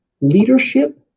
leadership